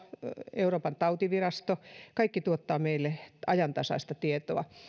euroopan tautivirasto kaikki tuottavat meille ajantasaista tietoa